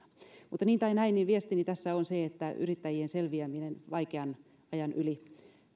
mutta niin tai näin viestini tässä on se että yrittäjien selviäminen vaikean ajan yli